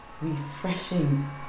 refreshing